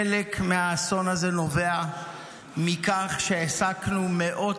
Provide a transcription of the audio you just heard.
חלק מהאסון הזה נובע מכך שהעסקנו מאות